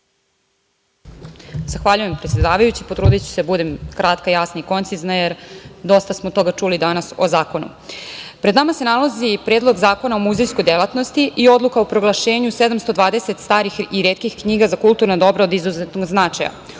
Zahvaljujem predsedavajući. Potrudiću se da budem kratka, jasna i koncizna, jer smo dosta toga čuli o zakonu. Pred nama se nalazi Predlog zakona o muzejskoj delatnosti i odluka o proglašenju 720 starih i retkih knjiga za kulturna dobra od izuzetnog značaja.